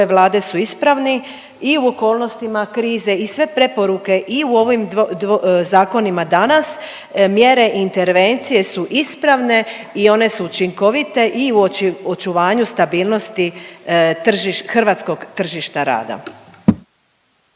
Vlade su ispravni i u okolnostima krize i sve preporuke i u ovim zakonima danas mjere intervencije su ispravne i one su učinkovite i u očuvanju stabilnosti tržiš… hrvatskog tržišta rada.